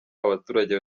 abaturage